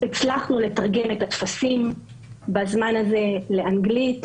הצלחנו לתרגם את הטפסים בזמן הזה לאנגלית,